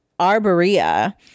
Arborea